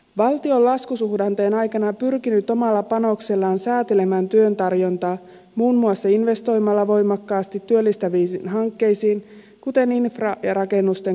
valtio on laskusuhdanteen aikana pyrkinyt omalla panoksellaan säätelemään työn tarjontaa muun muassa investoimalla voimakkaasti työllistäviin hankkeisiin kuten infran ja rakennusten korjaamiseen